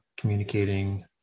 communicating